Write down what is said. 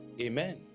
Amen